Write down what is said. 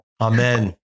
Amen